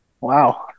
Wow